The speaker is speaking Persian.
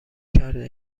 کرده